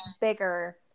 bigger